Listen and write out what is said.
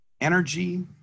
energy